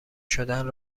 شدهاند